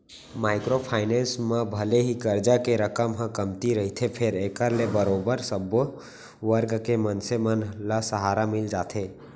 micro finance म भले ही करजा के रकम ह कमती रहिथे फेर एखर ले बरोबर सब्बे वर्ग के मनसे मन ल सहारा मिल जाथे